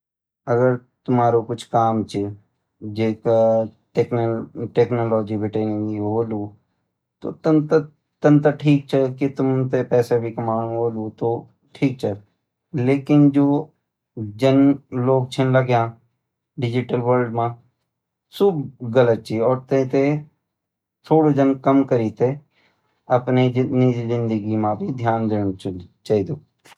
अगर तुम्हारू कुछ काम छ जै का टैक्नोलाॅजी बटिन होलु तन त ठीक छ कि तुम तै पैसा भी कमाणू होलु ठीक छ लेकिन जु जन लोग छ लग्यां डिजिटल वल्र्ड मा सु गलत छ और तै थैं थोडा जन कम करी तैं अपनी निजि जिन्दगी का ध्यान दिन्यू चेंदु।